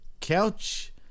couch